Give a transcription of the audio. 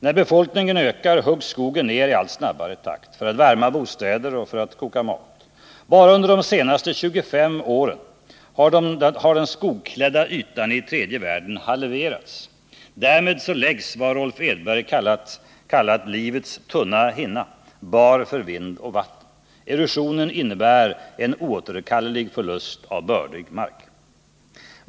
När befolkningen ökar huggs skogen ner i allt snabbare takt för att man skall värma bostäder och koka mat. Bara under de senaste 25 åren har den skogklädda ytan i tredje världen halverats. Därmed läggs vad Rolf Edberg kallat ”livets tunna hinna” bar för vind och vatten. Erosionen innebär en oåterkallelig förlust av bördig mark.